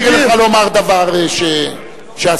לומר דבר שאסור,